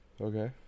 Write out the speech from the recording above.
Okay